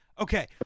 Okay